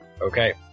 Okay